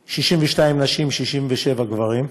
62, נשים, 67 גברים,